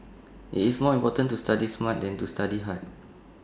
IT is more important to study smart than to study hard